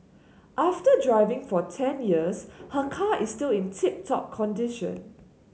after driving for ten years her car is still in tip top condition